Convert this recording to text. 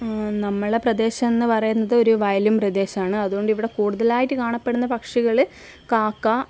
നമ്മളുടെ പ്രദേശം എന്ന് പറയുന്നത് ഒരു വയലും പ്രദേശമാണ് അതുകൊണ്ട് ഇവിടെ കൂടുതലായിട്ട് കാണപ്പെടുന്ന പക്ഷികള് കാക്ക